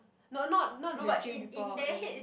no not not the gym people in